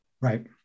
Right